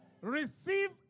receive